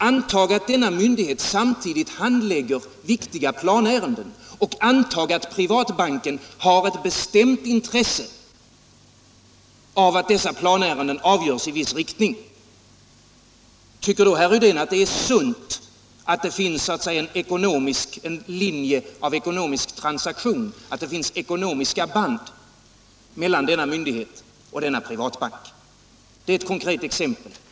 Antag att denna myndighet samtidigt handlägger viktiga planärenden och antag att privatbanken har ett bestämt intresse av att dessa planärenden avgörs i viss riktning. Tycker då herr Rydén att det är sunt att det finns ekonomiska band mellan denna myndighet och denna privatbank? Det är ett konkret exempel.